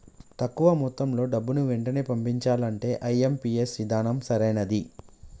తక్కువ మొత్తంలో డబ్బుని వెంటనే పంపించాలంటే ఐ.ఎం.పీ.ఎస్ విధానం సరైనది